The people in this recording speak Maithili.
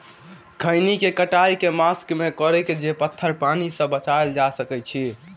खैनी केँ कटाई केँ मास मे करू जे पथर पानि सँ बचाएल जा सकय अछि?